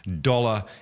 dollar